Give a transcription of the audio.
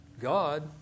God